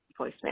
voicemail